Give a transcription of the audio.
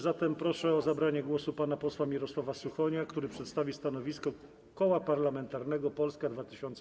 Zatem proszę o zabranie głosu pana posła Mirosława Suchonia, który przedstawi stanowisko Koła Parlamentarnego Polska 2050.